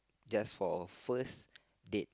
just for first date